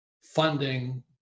funding